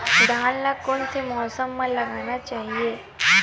धान ल कोन से मौसम म लगाना चहिए?